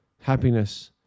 happiness